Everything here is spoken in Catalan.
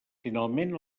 finalment